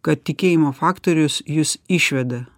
kad tikėjimo faktorius jus išveda